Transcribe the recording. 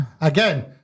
Again